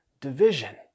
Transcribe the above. division